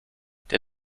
der